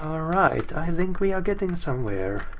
allright. i think we are getting somewhere.